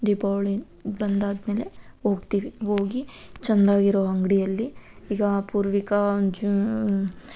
ದೀಪಾವಳಿ ಬಂದಾದಮೇಲೆ ಹೋಗ್ತೀವಿ ಹೋಗಿ ಚೆನ್ನಾಗಿರೋ ಅಂಗಡಿಯಲ್ಲಿ ಈಗ ಪೂರ್ವಿಕಾ ಜು